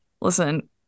listen